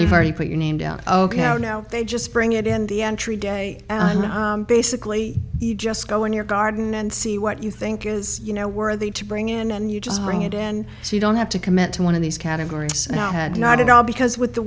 you've already put your name down ok now they just bring it in the entry day basically you just go in your garden and see what you think is you know worthy to bring in and you just bring it in so you don't have to commit to one of these categories now had not at all because with the